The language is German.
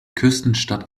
küstenstadt